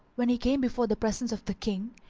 when he came before the presence of the king,